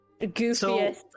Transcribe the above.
goofiest